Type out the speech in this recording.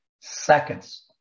seconds